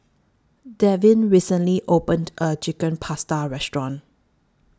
Devyn recently opened A Chicken Pasta Restaurant